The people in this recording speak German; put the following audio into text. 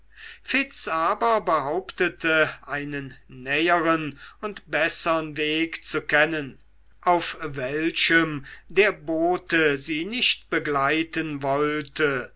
aber behauptete einen näheren und bessern weg zu kennen auf welchem der bote sie nicht begleiten wollte